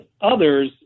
others